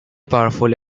powerful